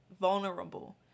vulnerable